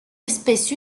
espèce